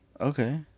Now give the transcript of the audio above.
Okay